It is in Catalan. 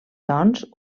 doncs